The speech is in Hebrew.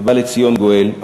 ובא לציון גואל.